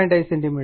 5 centimetre